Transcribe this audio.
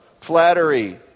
flattery